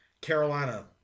Carolina